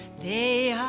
the